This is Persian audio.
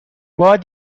باد